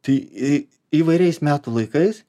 tai į įvairiais metų laikais